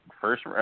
first